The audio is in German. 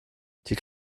die